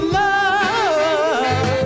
love